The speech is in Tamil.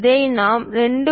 இதை நாம் 2